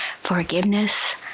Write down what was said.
forgiveness